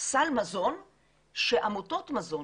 סל מזון שעמותות מזון,